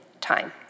time